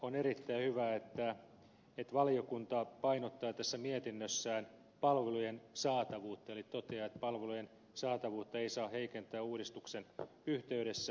on erittäin hyvä että valiokunta painottaa tässä mietinnössään palvelujen saatavuutta eli toteaa että palvelujen saatavuutta ei saa heikentää uudistuksen yhteydessä